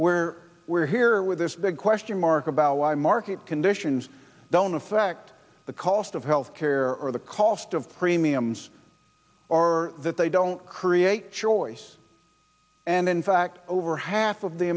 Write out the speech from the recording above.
where we're here with this big question mark about why market conditions don't affect the cost of health care or the cost of premiums or that they don't create choice and in fact over half of the